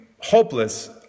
Hopeless